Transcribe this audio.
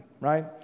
right